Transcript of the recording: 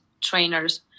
trainers